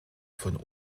von